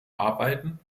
arbeiten